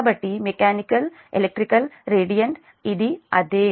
కాబట్టి mechanical electrical radiant ఇది అదే